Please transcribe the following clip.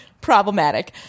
problematic